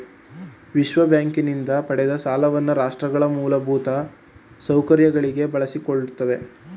ವಿಶ್ವಬ್ಯಾಂಕಿನಿಂದ ಪಡೆದ ಸಾಲವನ್ನ ರಾಷ್ಟ್ರಗಳ ಮೂಲಭೂತ ಸೌಕರ್ಯಗಳಿಗೆ ಬಳಸಿಕೊಳ್ಳುತ್ತೇವೆ